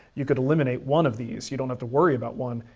you can eliminate one of these. you don't have to worry about one.